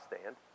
stand